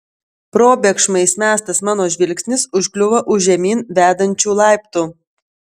probėgšmais mestas mano žvilgsnis užkliuvo už žemyn vedančių laiptų